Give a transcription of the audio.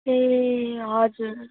ए हजुर